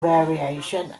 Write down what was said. variation